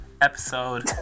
episode